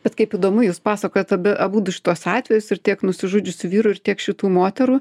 bet kaip įdomu jūs pasakojat abi abudu šituos atvejus ir tiek nusižudžiusių vyrų ir tiek šitų moterų